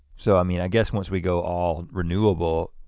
so i mean i guess once we go all renewable,